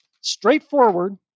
straightforward